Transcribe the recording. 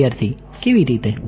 વિદ્યાર્થી કેવી રીતે